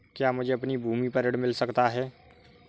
क्या मुझे अपनी भूमि पर ऋण मिल सकता है?